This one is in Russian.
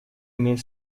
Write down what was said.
имеет